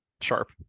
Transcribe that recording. Sharp